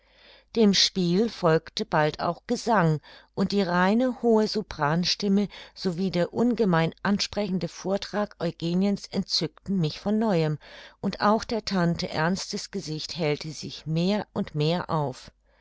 dem spiel folgte bald auch gesang und die reine hohe sopranstimme sowie der ungemein ansprechende vortrag eugeniens entzückten mich von neuem und auch der tante ernstes gesicht hellte sich mehr und mehr auf